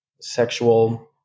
sexual